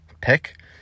pick